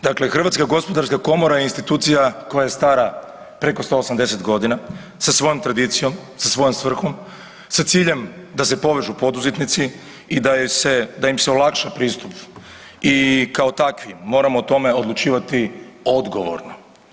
Dakle, HGK je institucija koja je stara preko 180.g. sa svojom tradicijom, sa svojom svrhom, sa ciljem da se povežu poduzetnici i da im se olakša pristup i kao takvi moramo o tome odlučivati odgovorno.